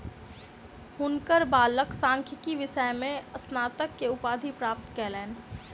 हुनकर बालक सांख्यिकी विषय में स्नातक के उपाधि प्राप्त कयलैन